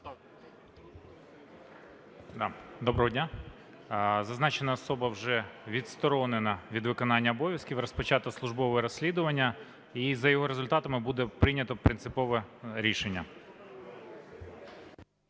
Доброго дня! Зазначена особа вже відсторонена від виконання обов'язків, розпочато службове розслідування, і за його результатами буде прийнято принципове рішення.